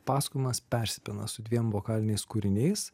pasakojimas persipina su dviem vokaliniais kūriniais